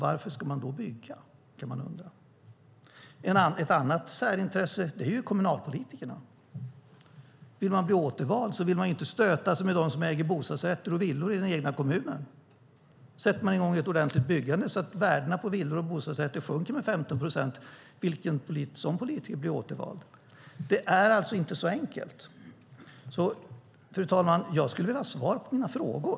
Varför ska man då bygga, kan man undra. Ett annat särintresse är kommunalpolitikerna. Vill man bli återvald vill man inte stöta sig med dem som äger bostadsrätter och villor i den egna kommunen. Vilken politiker som sätter i gång ett ordentligt byggande så att värdena på villor och bostadsrätter sjunker med 15 procent blir återvald. Det är alltså inte så enkelt. Fru talman! Jag skulle vilja ha svar på mina frågor.